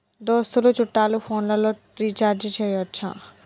దోస్తులు చుట్టాలు ఫోన్లలో రీఛార్జి చేయచ్చా?